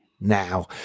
now